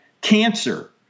cancer